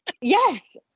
yes